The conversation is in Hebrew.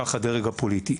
כך הדרג הפוליטי.